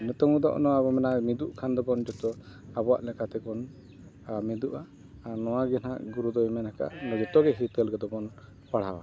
ᱱᱤᱛᱚᱜ ᱫᱚ ᱱᱚᱣᱟ ᱵᱚᱱ ᱢᱮᱱᱟ ᱢᱤᱫᱩᱜ ᱠᱷᱟᱱ ᱫᱚᱵᱚ ᱡᱚᱛᱚ ᱟᱵᱚᱣᱟᱜ ᱞᱮᱠᱟ ᱛᱮᱵᱚᱱ ᱢᱤᱫᱩᱜᱼᱟ ᱟᱨ ᱱᱚᱣᱟ ᱜᱮ ᱱᱟᱦᱟᱜ ᱜᱩᱨᱩ ᱫᱚᱭ ᱢᱮᱱ ᱠᱟᱜᱼᱟ ᱡᱚᱛᱚ ᱜᱮ ᱦᱤᱛᱟᱹᱞ ᱫᱚᱵᱚᱱ ᱯᱟᱲᱦᱟᱣᱟ